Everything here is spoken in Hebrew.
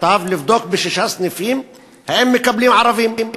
לבדוק בשישה סניפים אם מקבלים ערבים.